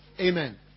Amen